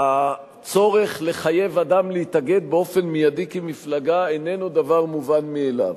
הצורך לחייב אדם להתאגד באופן מיידי כמפלגה איננו דבר מובן מאליו.